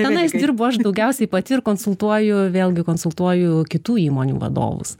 tenais dirbu aš daugiausiai pati ir konsultuoju vėlgi konsultuoju kitų įmonių vadovus